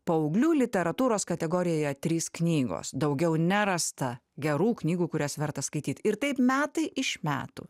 paauglių literatūros kategorijoje yra trys knygos daugiau nerasta gerų knygų kurias verta skaityt ir taip metai iš metų